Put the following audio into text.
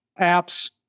apps